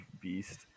beast